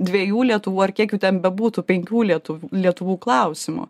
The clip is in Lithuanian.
dviejų lietuvų ar kiek jų ten bebūtų penkių lietuvių lietuvų klausimų